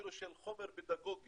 אפילו של חומר פדגוגי